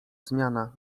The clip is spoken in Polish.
zmiana